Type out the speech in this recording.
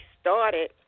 started